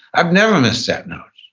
i've never missed that note.